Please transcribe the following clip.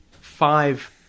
five